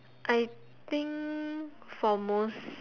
I think for most